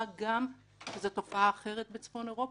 מה גם שזו תופעה אחרת בצפון אירופה,